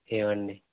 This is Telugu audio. ఏవండి